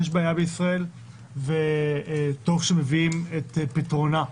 יש בעיה בישראל וטוב שמביאים את פתרונה,